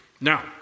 Now